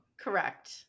Correct